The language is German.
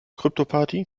kryptoparty